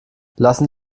lassen